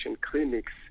clinics